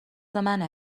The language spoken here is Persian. منه